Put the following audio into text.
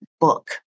Book